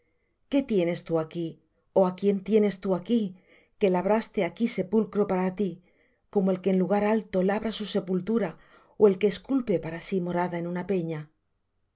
qué tienes tú aquí ó á quien tienes tú aquí que labraste aquí sepulcro para ti como el que en lugar alto labra su sepultura ó el que esculpe para sí morada en una peña